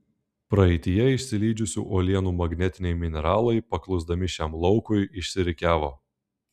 praeityje išsilydžiusių uolienų magnetiniai mineralai paklusdami šiam laukui išsirikiavo